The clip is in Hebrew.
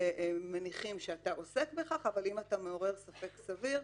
מניחים שאתה עוסק בכך, אבל אם אתה מעורר ספק סביר,